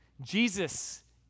Jesus